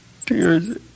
tears